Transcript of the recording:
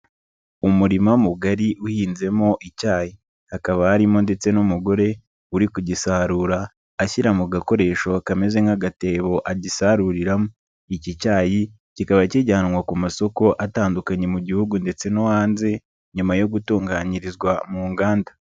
Umurima mugari uhinzemo icyayi, hakaba harimo ndetse n'umugore, uri kugisarura ashyira mu gakoresho kameze nk'agatebo agisaruriramo, iki cyayi kikaba kijyanwa ku masoko atandukanye mu gihugu ndetse no hanze, nyuma yo gutunganyirizwa mu nganda.